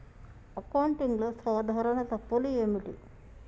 అకౌంటింగ్లో సాధారణ తప్పులు ఏమిటి?